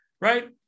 right